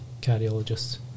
cardiologist